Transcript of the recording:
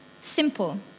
Simple